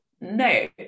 No